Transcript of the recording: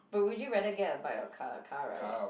but would you rather get a bike or a car a car [right]